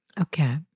Okay